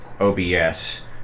OBS